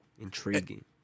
intriguing